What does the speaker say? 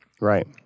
Right